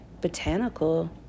botanical